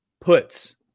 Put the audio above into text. Puts